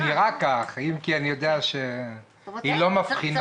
זה נראה כך, אם כי אני יודע שהיא לא מבחינה.